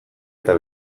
eta